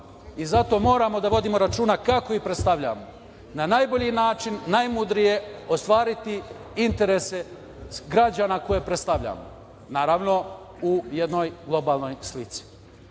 zato moramo da vodimo računa kako ih predstavljamo. Na najbolji način, najmudrije, ostvariti interese građana koje predstavljamo, naravno, u jednoj globalnoj slici. Treći